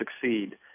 succeed